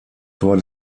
tor